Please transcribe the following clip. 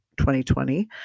2020